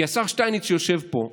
כי השר שטייניץ שיושב פה,